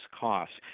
costs